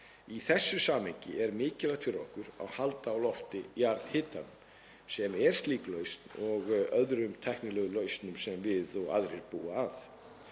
Í þessu samhengi er mikilvægt fyrir okkur að halda á lofti jarðhitanum sem er slík lausn og öðrum tæknilegum lausnum sem við og aðrir búa að.